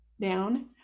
down